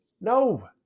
No